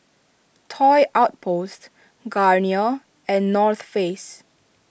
Toy Outpost Garnier and North Face